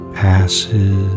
passes